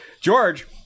George